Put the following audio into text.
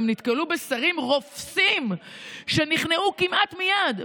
הם נתקלו בשרים רופסים שנכנעו כמעט מייד,